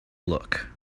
look